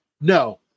No